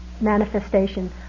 manifestation